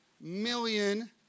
million